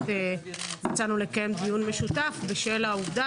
מצאנו לקיים דיון משותף בשל העובדה